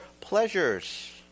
pleasures